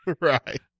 Right